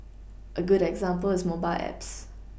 a good example is mobile apps